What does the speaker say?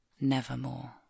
nevermore